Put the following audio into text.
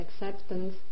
acceptance